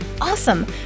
awesome